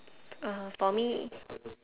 uh for me